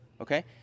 Okay